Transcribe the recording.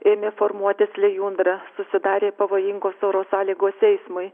ėmė formuotis lijundra susidarė pavojingos oro sąlygos eismui